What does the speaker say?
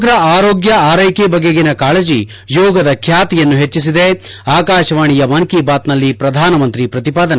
ಸಮಗ್ರ ಆರೋಗ್ಯ ಆರೈಕೆ ಬಗೆಗಿನ ಕಾಳಜಿ ಯೋಗದ ಬ್ಯಾತಿಯನ್ನು ಹೆಚ್ಚಿಸಿದೆ ಆಕಾಶವಾಣಿಯ ಮನ್ ಕಿ ಬಾತ್ನಲ್ಲಿ ಪ್ರಧಾನಮಂತ್ರಿ ಪ್ರತಿಪಾದನೆ